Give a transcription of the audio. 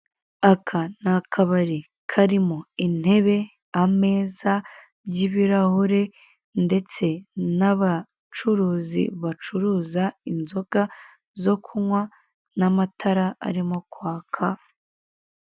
Aka ni akabari karimo intebe , ameza y'ibirahure ndetse n'abacuruzi bacuruza inzoga zo kunywa n'amatara arimo kwaka